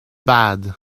bad